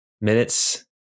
minutes